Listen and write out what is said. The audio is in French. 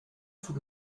sous